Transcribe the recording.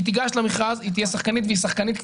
היא תיגש למכרז, היא תהיה שחקנית והיא שחקנית.